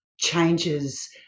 changes